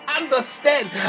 understand